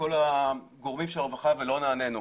לכל הגורמים של הרווחה ולא נענינו.